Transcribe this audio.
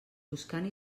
buscant